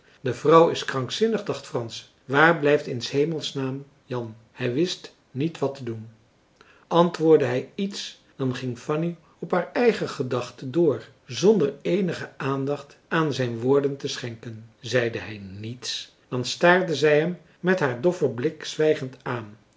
de vrouw is krankzinnig dacht frans waar blijft in s hemelsnaam jan hij wist niet wat te doen antmarcellus emants een drietal novellen woordde hij iets dan ging fanny op haar eigen gedachten door zonder eenige aandacht aan zijn woorden te schenken zeide hij niets dan staarde zij hem met haar doffen blik zwijgend aan